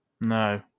No